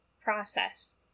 process